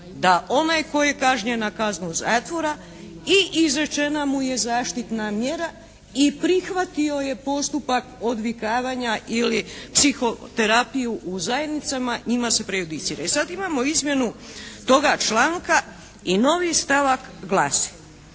da onaj tko je kažnjen na kaznu zatvora i izrečena mu je zaštitna mjera i prihvatio je postupak odvikavanja ili psihoterapiju u zajednicama njima se prejudicira. I sad imamo izmjenu toga članka i novi stavak glasi: